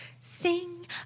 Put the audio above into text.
sing